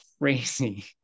crazy